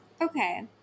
Okay